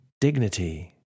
dignity